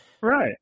right